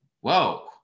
whoa